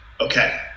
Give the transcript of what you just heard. okay